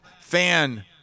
fan